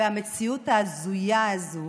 והמציאות ההזויה הזאת,